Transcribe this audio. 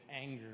anger